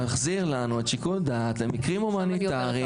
להחזיר לנו את שיקול דעת למקרים הומניטריים,